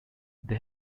they